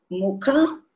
muka